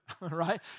right